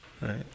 Right